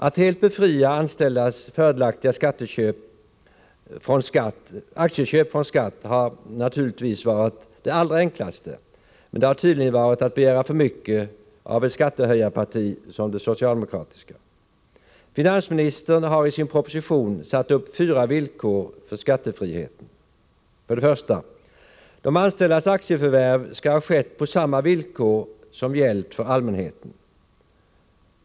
Att helt befria anställdas fördelaktiga aktieköp från skatt skulle naturligtvis ha varit det allra enklaste, men det hade tydligen varit att begära för mycket av ett skattehöjarparti som det socialdemokratiska. Finansministern har i sin proposition satt upp fyra villkor för skattefriheten: 1. De anställdas aktieförvärv skall ha skett på samma villkor som gällt för allmänheten.